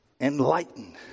enlightened